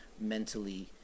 mentally